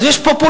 אז יש פופוליזם.